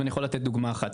אם אני יכול להביא דוגמא אחת,